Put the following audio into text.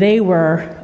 they were